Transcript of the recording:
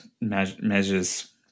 measures